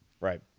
right